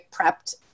prepped